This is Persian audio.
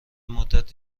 مدت